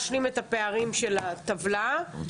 אבל אני דווקא מוצאת לנכון להשוות בעניין הזה,